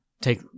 Take